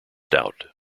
doubt